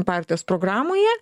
partijos programoje